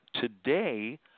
today